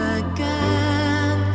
again